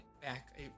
back